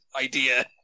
idea